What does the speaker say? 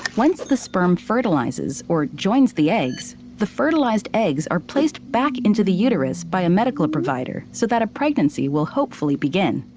once the sperm fertilizes, or joins the eggs, the fertilized eggs are placed back into the uterus by a medical provider, so that a pregnancy will hopefully begin.